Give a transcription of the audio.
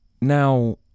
Now